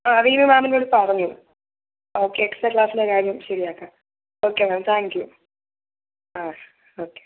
ആ റീനു മാമിനോട് പറഞ്ഞു ഓക്കെ എക്സ്ട്രാ ക്ലാസിൻ്റെ കാര്യം ശരിയാക്കാം ഓക്കെ മാം താങ്ക് യൂ ആ ഓക്കെ